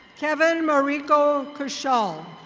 kevin mariko kushall.